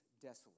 desolate